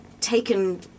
taken